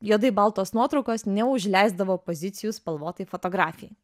juodai baltos nuotraukos neužleisdavo pozicijų spalvotai fotografijai